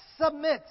submit